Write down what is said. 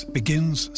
begins